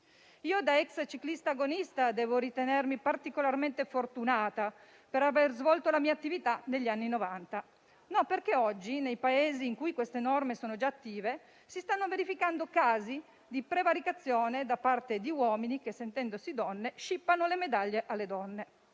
Da ex ciclista agonista devo ritenermi particolarmente fortunata per aver svolto la mia attività negli anni Novanta. Infatti, nei Paesi in cui queste norme sono già attive si stanno oggi verificando casi di prevaricazione da parte di uomini che, sentendosi donne, scippano le medaglie alle donne.